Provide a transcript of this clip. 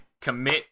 commit